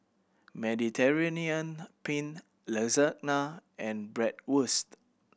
Mediterranean Penne Lasagna and Bratwurst